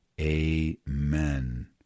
amen